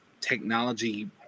technology